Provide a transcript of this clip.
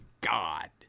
god